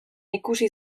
ikusi